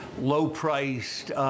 low-priced